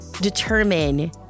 determine